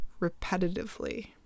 repetitively